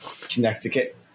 Connecticut